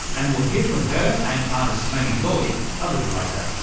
and we'll hear from her and artist tony lloyd a little later.